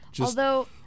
Although-